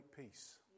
peace